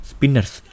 Spinners